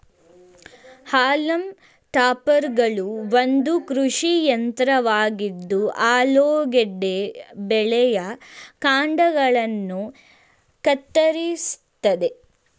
haulm ಟಾಪರ್ಗಳು ಒಂದು ಕೃಷಿ ಯಂತ್ರವಾಗಿದ್ದು ಆಲೂಗೆಡ್ಡೆ ಬೆಳೆಯ ಕಾಂಡಗಳನ್ನ ಕತ್ತರಿಸ್ತದೆ